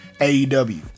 AEW